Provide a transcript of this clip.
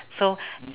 so